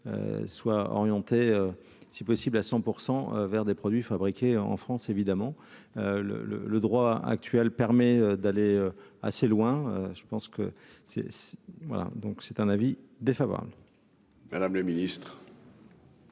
soit orienté, si possible à 100 % cent vers des produits fabriqués en France, évidemment le le le droit actuel permet d'aller assez loin je pense que c'est voilà donc c'est un avis défavorable. Madame le Ministre.